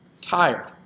tired